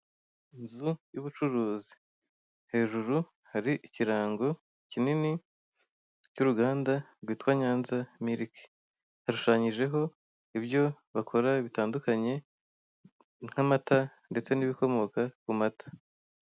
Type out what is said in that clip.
Inzu y'ubucuruzi hejuru hari ikirango kinini cy'uruganda rwitwa Nyanza milike hashushanyijeho ibyo bakora bitandukanye nk'amata ndetse n'ibikomoka ku mata.